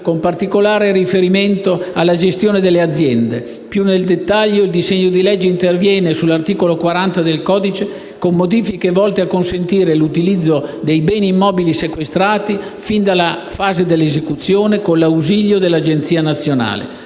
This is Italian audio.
con particolare riferimento alla gestione delle aziende. Più nel dettaglio, il disegno di legge interviene sull'articolo 40 del codice antimafia con modifiche volte a consentire l'utilizzo dei beni immobili sequestrati fin dalla fase dell'esecuzione, con l'ausilio dell'agenzia nazionale.